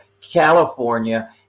California